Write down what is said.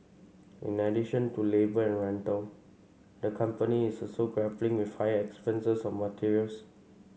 in addition to labour and rental the company is also grappling with higher expenses on materials